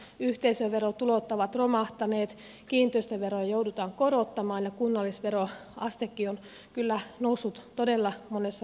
yhteisöverotulot ovat romahtaneet kiinteistöveroja joudutaan korottamaan ja kunnallisveroastekin on kyllä noussut todella monessa kunnassa